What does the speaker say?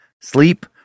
sleep